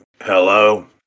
Hello